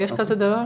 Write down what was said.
יש כזה דבר?